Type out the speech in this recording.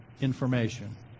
information